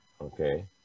okay